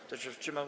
Kto się wstrzymał?